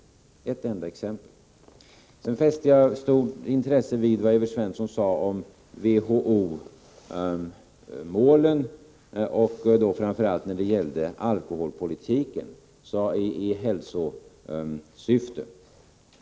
Jag fäster stort intresse vid vad Evert Svensson sade om WHO-målen, som framför allt när det gäller alkoholpolitiken har ett hälsosyfte.